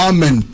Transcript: Amen